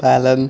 पालन